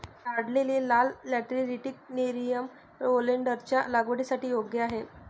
काढलेले लाल lateritic nerium ओलेन्डरच्या लागवडीसाठी योग्य आहे